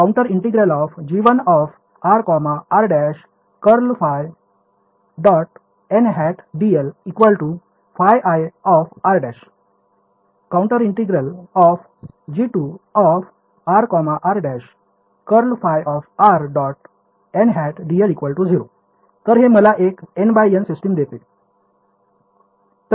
∮g1r r ′ ∇ϕ · nˆ dl ϕir ′∮ g2r r ′ ∇ϕ · nˆ dl 0 तर हे मला एक N × N सिस्टम देते